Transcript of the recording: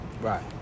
Right